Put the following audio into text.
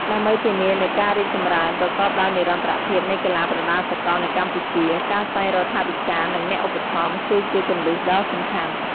ដើម្បីធានានូវការរីកចម្រើនប្រកបដោយនិរន្តរភាពនៃកីឡាប្រដាល់សកលនៅកម្ពុជា ការស្វែងរកថវិកា និងអ្នកឧបត្ថម្ភ គឺជាគន្លឹះដ៏សំខាន់។